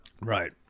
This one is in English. Right